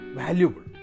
valuable